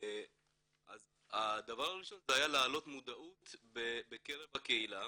אז הדבר הראשון היה להעלות מודעות בקרב הקהילה,